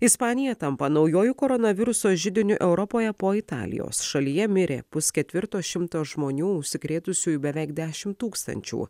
ispanija tampa naujuoju koronaviruso židiniu europoje po italijos šalyje mirė pusketvirto šimto žmonių užsikrėtusiųjų beveik dešimt tūkstančių